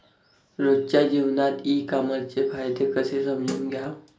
रोजच्या जीवनात ई कामर्सचे फायदे कसे समजून घ्याव?